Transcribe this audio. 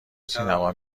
سینما